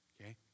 okay